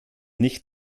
nicht